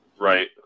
Right